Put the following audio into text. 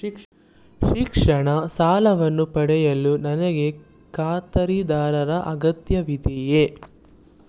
ಶಿಕ್ಷಣ ಸಾಲವನ್ನು ಪಡೆಯಲು ನನಗೆ ಖಾತರಿದಾರರ ಅಗತ್ಯವಿದೆಯೇ?